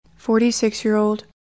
46-year-old